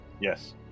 Yes